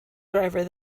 driver